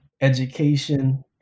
education